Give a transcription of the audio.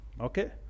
Okay